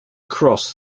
cross